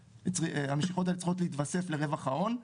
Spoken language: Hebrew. שהמשיכות האלה צריכות להתווסף לרווח ההון.